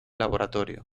laboratorio